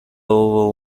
hubo